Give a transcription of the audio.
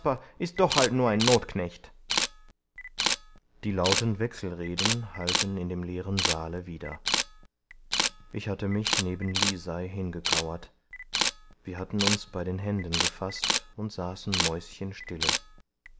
ist doch halt nur ein notknecht die lauten wechselreden hallten in dem leeren saale wider ich hatte mich neben lisei hingekauert wir hatten uns bei den händen gefaßt und saßen